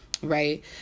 Right